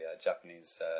Japanese